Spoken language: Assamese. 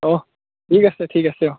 অঁ ঠিক আছে ঠিক আছে অঁ